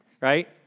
right